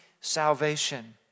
salvation